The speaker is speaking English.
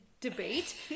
debate